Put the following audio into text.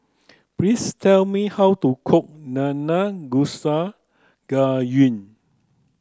please tell me how to cook Nanakusa Gayu